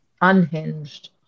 unhinged